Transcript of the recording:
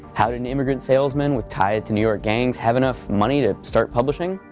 how did an immigrant salesman with ties to new york gangs have enough money to start publishing?